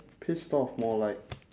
pissed off more like